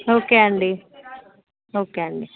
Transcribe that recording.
okay అండి okay అండి